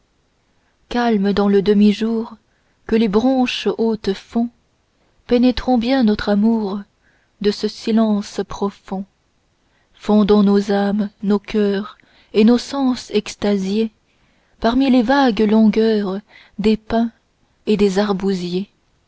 calmes dans le demi-jour que les branches hautes font pénétrons bien notre amour de ce silence profond fondons nos âmes nos coeurs et nos sens extasiés parmi les vagues langueurs des pins et des arbousiers